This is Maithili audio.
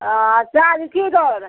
आओर चार्ज कि दर